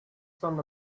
son